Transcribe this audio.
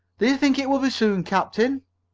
do you think it will be soon, captain?